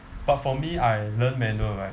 but for me I learn manual right